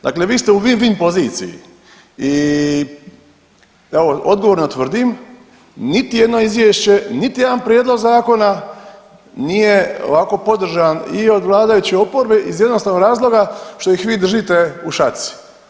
Dakle u win-win poziciji i evo, odgovorno tvrdim, niti jedno izvješće, niti jedan prijedlog zakona nije ovako podržan i od vladajućih i od oporbe iz jednostavnog razloga što ih vi držite u šaci.